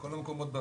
בכל המקומות,